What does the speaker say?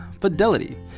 Fidelity